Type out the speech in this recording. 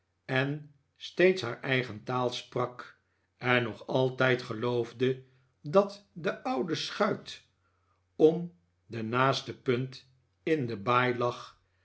en steeds haar eigen taal sprak en nog altijd geloofde dat de oude schuit om de naaste punt in de baai lag